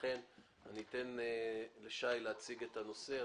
לכן אתן לשי קינן להציג את הנושא.